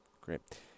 Great